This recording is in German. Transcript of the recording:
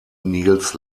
nils